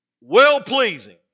well-pleasing